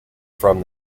from